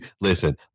listen